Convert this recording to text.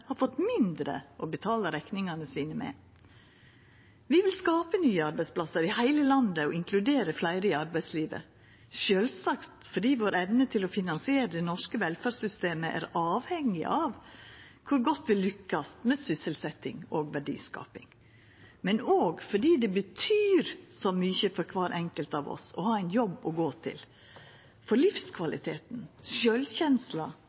har fått mindre å betala rekningane sine med. Vi vil skapa nye arbeidsplassar i heile landet og inkludera fleire i arbeidslivet. Det er sjølvsagt fordi evna vår til å finansiera det norske velferdssystemet er avhengig av kor godt vi lykkast med sysselsetting og verdiskaping, men òg fordi det betyr så mykje for kvar enkelt av oss å ha ein jobb å gå til, for livskvaliteten, sjølvkjensla